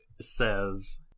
says